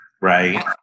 right